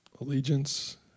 allegiance